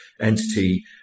entity